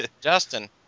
Justin